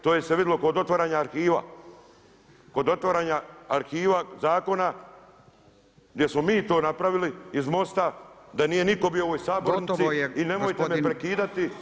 To je se vidjelo kod otvaranja arhiva, kod otvaranja arhiva zakona gdje smo mi to napravili iz MOST-a da nije nitko bio u ovoj sabornici [[Upadica Radin: Gotovo je.]] i nemojte me prekidati.